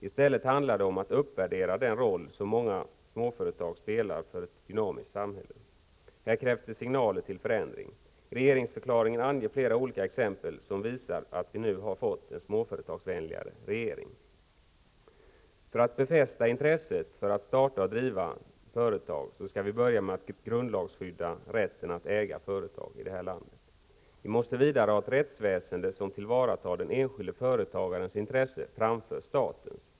I stället handlar det om att uppvärdera den roll som de många småföretagen spelar för ett dynamiskt samhälle. Här krävs det signaler till förändring. Regeringsförklaringen anger flera olika exempel som visar att vi nu har fått en småföretagsvänligare regering. För att befästa intresset för att starta och driva småföretag skall vi börja med att grundlagsskydda rätten att äga företag i det här landet. Vi måste vidare ha ett rättsväsende som tillvaratar den enskilde företagarens intresse framför statens.